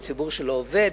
הוא ציבור שלא עובד,